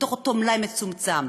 בתוך אותו מלאי מצומצם,